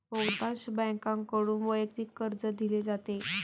बहुतांश बँकांकडून वैयक्तिक कर्ज दिले जाते